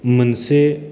मोनसे